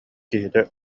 киһитэ